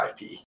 IP